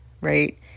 right